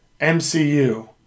MCU